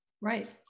Right